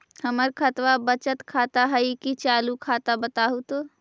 हमर खतबा बचत खाता हइ कि चालु खाता, बताहु तो?